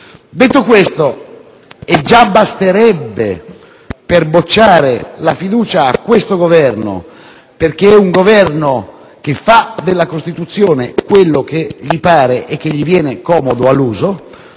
Detto questo - e già basterebbe per bocciare la fiducia al Governo, che fa della Costituzione quel che gli pare e che gli viene comodo all'uso,